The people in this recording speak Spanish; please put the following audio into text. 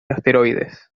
asteroides